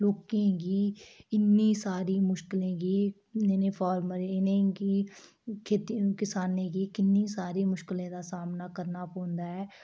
लोकें गी इन्नी सारी मुश्कलें गी इ'नें फार्मरें इ'नेंगी खेती किसानें गी किन्नी सारी मुश्कलें दा सामना करना पौंद